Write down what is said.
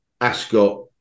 Ascot